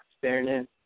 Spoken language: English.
fairness